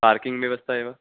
parking व्यवस्था एव